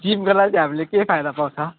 gym गर्नाले चाहिँ हामीलाई के फाइदा पाउँछ